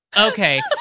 Okay